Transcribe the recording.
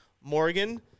Morgan